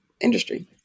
industry